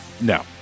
no